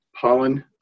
pollen